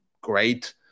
great